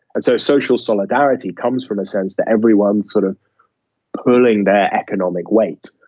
and so social solidarity comes from a sense that everyone's sort of pooling their economic weight.